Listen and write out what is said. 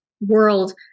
world